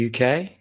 UK